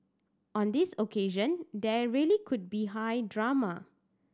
on this occasion there really could be high drama